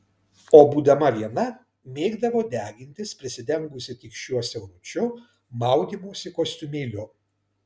o būdama viena mėgdavo degintis prisidengusi tik šiuo siauručiu maudymosi kostiumėliu